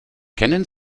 kennen